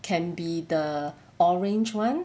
can be the orange [one]